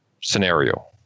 scenario